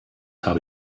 habe